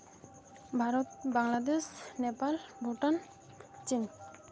ᱵᱷᱟᱨᱚᱛ ᱵᱟᱝᱞᱟᱫᱮᱥ ᱱᱮᱯᱟᱞ ᱵᱷᱩᱴᱟᱱ ᱪᱤᱱ